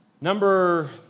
Number